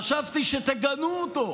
חשבתי שתגנו אותו,